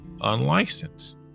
unlicensed